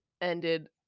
ended